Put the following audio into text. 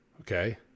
Okay